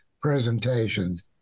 presentations